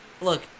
Look